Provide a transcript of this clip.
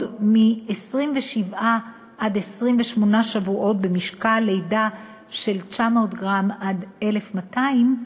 מ-27 עד 28 שבועות במשקל לידה של 900 גרם עד 1,200 גרם,